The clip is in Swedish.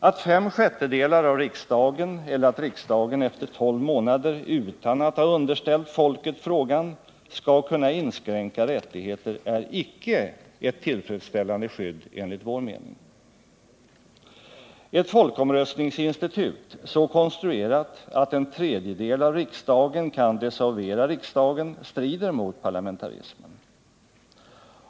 Att fem sjättedelar av riksdagen eller att riksdagen efter tolv månader utan att ha underställt folket frågan skall kunna inskränka rättigheter är, enligt vår mening, icke ett tillfredsställande skydd. Ett folkomröstningsinstitut så konstruerat att en tredjedel av riksdagen kan desavouera riksdagen strider mot parlamentarismen.